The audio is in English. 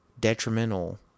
detrimental